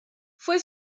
fue